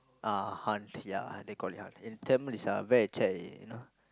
uh they call it Han~ in Tamil it's you know